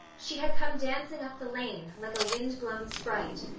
she had come dancing up the lane, like a wind-blown sprite,